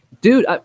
Dude